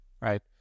right